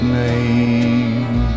name